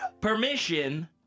Permission